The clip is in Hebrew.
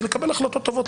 כי לקבל החלטות טובות,